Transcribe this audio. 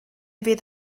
fydd